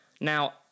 Now